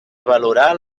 valorar